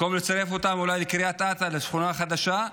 במקום לצרף אותם אולי לקריית אתא לשכונה החדשה,